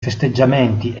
festeggiamenti